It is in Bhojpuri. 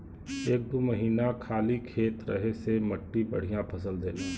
एक दू महीना खाली खेत रहे से मट्टी बढ़िया फसल देला